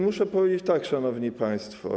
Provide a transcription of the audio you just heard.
Muszę powiedzieć tak, szanowni państwo.